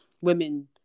women